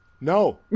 No